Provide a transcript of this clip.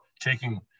taking